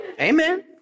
Amen